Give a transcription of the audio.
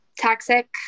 Toxic